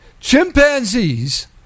Chimpanzees